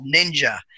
Ninja